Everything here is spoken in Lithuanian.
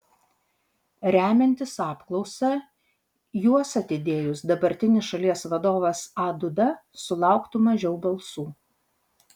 remiantis apklausa juos atidėjus dabartinis šalies vadovas a duda sulauktų mažiau balsų